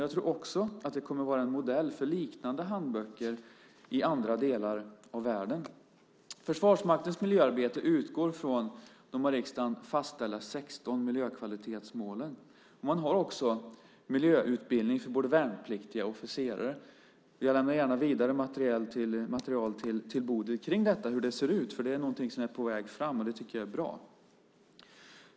Jag tror också att den kommer att vara en modell för liknande handböcker i andra delar av världen. Försvarsmaktens miljöarbete utgår från de av riksdagen fastställda 16 miljökvalitetsmålen. Man har också miljöutbildning för både värnpliktiga och officerare. Jag lämnar gärna ytterligare material till Bodil kring detta för att visa hur det ser ut, för det är något som är på väg att komma fram, vilket jag tycker är bra.